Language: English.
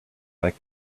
like